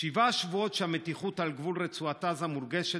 שבעה שבועות המתיחות על גבול רצועת עזה מורגשת,